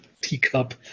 teacup